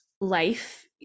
life